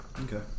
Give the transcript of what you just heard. Okay